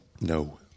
No